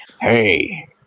Hey